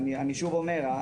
אני שוב אומר,